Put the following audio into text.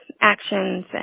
actions